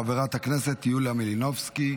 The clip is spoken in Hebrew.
חברת הכנסת יוליה מלינובסקי,